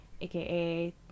aka